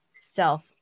self